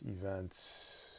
events